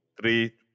Three